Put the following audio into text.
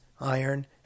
iron